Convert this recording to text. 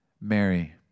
Mary